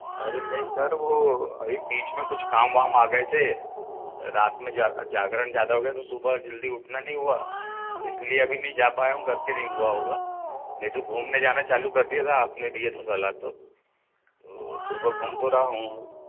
अरे नहीं सर वो अभी बीच मे कुछ काम वाम आ गए थे रात में जा जागरण ज़्यादा हो गया तो सुबह जल्दी उठना नहीं हुआ इसलिए अभी नहीं जा पाया हूँ घर से नहीं हुआ होगा लेकिन घूमने जाना चालू कर दिया था आपने दिया था सलाह तो वो सुबह घूम तो रहा हूँ